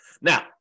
Now